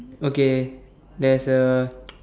okay there's a